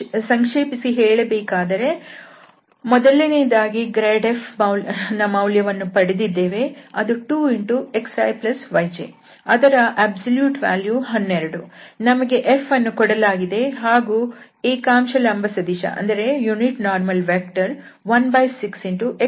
ಸಂಕ್ಷೇಪಿಸಿ ಹೇಳಬೇಕೆಂದರೆ ಮೊದಲನೆಯದಾಗಿ grad f ನ ಮೌಲ್ಯವನ್ನು ಪಡೆದಿದ್ದೇವೆ ಅದು 2xiyj ಅದರ ಸಂಪೂರ್ಣ ಮೌಲ್ಯ 12 ನಮಗೆ F ಅನ್ನು ಕೊಡಲಾಗಿದೆ ಹಾಗೂ ಏಕಾಂಶ ಲಂಬ ಸದಿಶ ವು 16xiyj